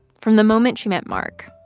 from the moment she met mark,